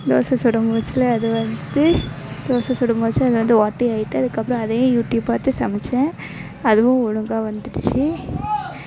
தோசை சுடும் முயற்சியில் அது வந்து தோசை சுடும் முயற்சியில் அது வந்து ஓட்டை ஆகிட்டு அதுக்கப்புறம் அதையும் யூடியூப் பார்த்து சமைத்தேன் அதுவும் ஒழுங்கா வந்துடுச்சு